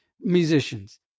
musicians